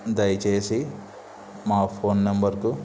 దయచేసి మా ఫోన్ నంబర్కు